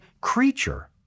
creature